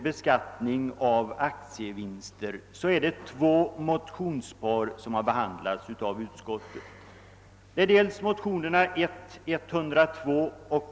Beskattningen av aktievinster har tagits upp i två motionspar, I:102 och II:112 samt I: 148 och II:175.